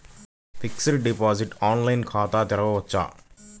Fixed deposit online ఖాతా తెరువవచ్చా?